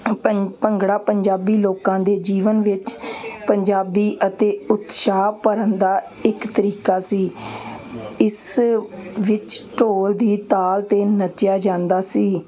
ਭੰਗ ਭੰਗੜਾ ਪੰਜਾਬੀ ਲੋਕਾਂ ਦੇ ਜੀਵਨ ਵਿੱਚ ਪੰਜਾਬੀ ਅਤੇ ਉਤਸ਼ਾਹ ਭਰਨ ਦਾ ਇੱਕ ਤਰੀਕਾ ਸੀ ਇਸ ਵਿੱਚ ਢੋਲ ਦੀ ਤਾਲ 'ਤੇ ਨੱਚਿਆ ਜਾਂਦਾ ਸੀ